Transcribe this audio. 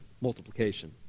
multiplication